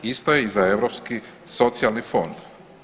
Isto je i za Europski socijalni fond.